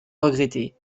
regretté